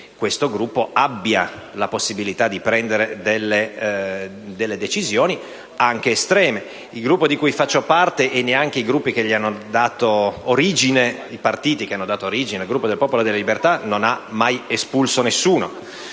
questo Gruppo abbia la possibilità di prendere delle decisioni, anche estreme. Il Gruppo di cui faccio parte (e neanche i partiti che hanno dato origine al Gruppo del Popolo della Libertà) non ha mai espulso nessuno,